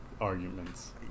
arguments